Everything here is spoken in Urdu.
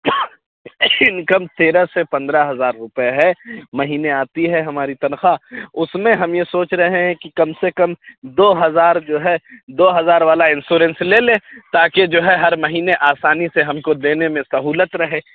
انکم تیرہ سے پندرہ ہزار روپئے ہے مہینے آتی ہے ہماری تنخواہ اس میں ہم یہ سوچ رہے ہیں کہ کم سے کم دو ہزار جو ہے دو ہزار والا انشورنس لے لیں تاکہ جو ہے ہر مہینے آسانی سے ہم کو دینے میں سہولت رہے